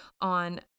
on